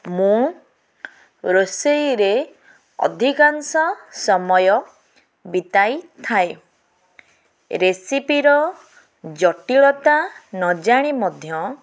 ମୁଁ ରୋଷେଇରେ ଅଧିକାଂଶ ସମୟ ବିତାଇ ଥାଏ ରେସିପିର ଜଟିଳତା ନ ଜାଣି ମଧ୍ୟ